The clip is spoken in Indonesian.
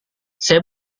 saya